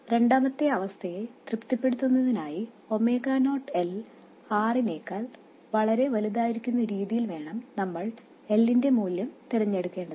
രണ്ടാമത്തെ അവസ്ഥയെ തൃപ്തിപ്പെടുത്തുന്നതിനായി ഒമേഗ നോട്ട് L R നെക്കാൾ വളരെ വലുതായിരിക്കുന്ന രീതിയിൽ വേണം നിങ്ങൾ L ന്റെ മൂല്യം തിരഞ്ഞെടുക്കേണ്ടത്